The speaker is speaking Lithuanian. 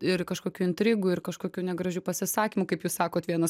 ir kažkokių intrigų ir kažkokių negražių pasisakymų kaip jūs sakot vienas